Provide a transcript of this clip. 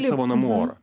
savo namų orą